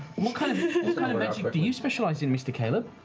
what kind of magic but do you specialize in, mr. caleb?